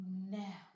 Now